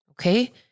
okay